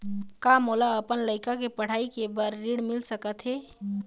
का मोला अपन लइका के पढ़ई के बर ऋण मिल सकत हे?